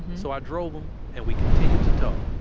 so i drove him and we continued to talk